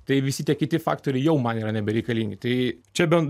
tai visi tie kiti faktoriai jau man yra nebereikalingi tai čia bent